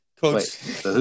coach